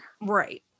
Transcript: right